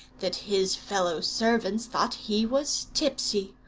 that his fellow-servants thought he was tipsy.